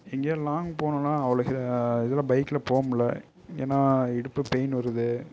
எங்கேயோ லாங் போகணுனா அவ்வளோ ஹே இதில் பைக்கில் போகமுல்ல ஏன்னா இடுப்பு பெயின் வருது